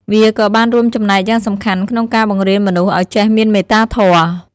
វាក៏បានរួមចំណែកយ៉ាងសំខាន់ក្នុងការបង្រៀនមនុស្សឱ្យចេះមានមេត្តាធម៌។